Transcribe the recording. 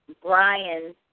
Brian